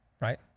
right